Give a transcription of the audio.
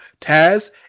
Taz